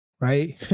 right